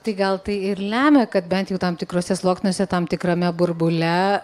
tai gal tai ir lemia kad bent jau tam tikruose sluoksniuose tam tikrame burbule